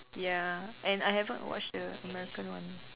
ya and I haven't watch the American one